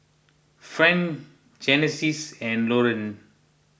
Friend Genesis and Lorean